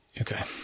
Okay